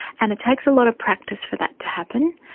and it takes a lot of practice for that to happen.